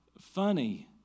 funny